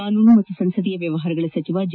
ಕಾನೂನು ಮತ್ತು ಸಂಸದೀಯ ವ್ಯವಹಾರಗಳ ಸಚಿವ ಜೆ